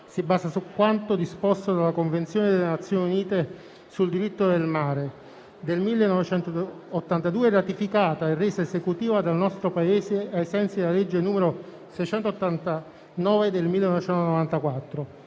si basa su quanto disposto dalla Convenzione delle Nazioni Unite sul diritto del mare del 1982, ratificata e resa esecutiva dal nostro Paese ai sensi della legge n. 689 del 1994,